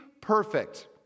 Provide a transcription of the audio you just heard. perfect